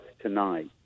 tonight